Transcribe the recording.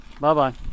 Bye-bye